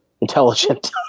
intelligent